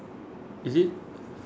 is it